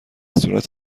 صورت